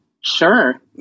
Sure